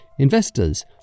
Investors